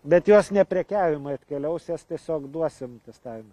bet jos neprekiavimui atkeliaus jas tiesiog duosim testavimui